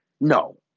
No